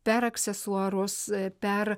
per aksesuarus per